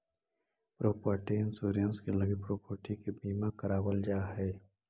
property insurance के लगी property के बीमा करावल जा हई